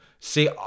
see